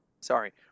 Sorry